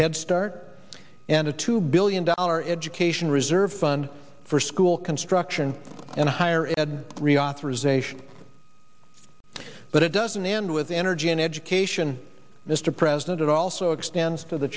head start and a two billion dollar education reserve fund for school construction and higher ed reauthorization but it doesn't end with energy and education mr president it also extends to the